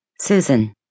Susan